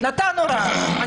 נתן הוראה.